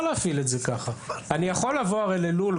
אני יכול לבוא ללול,